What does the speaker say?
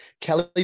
Kelly